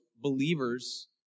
believers